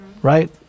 Right